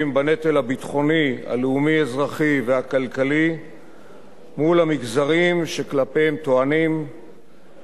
הלאומי-אזרחי והכלכלי מול המגזרים שכלפיהם טוענים שאינם נושאים בנטל,